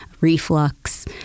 reflux